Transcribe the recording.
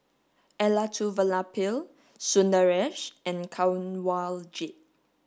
Elattuvalapil Sundaresh and Kanwaljit